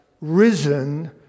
risen